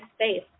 space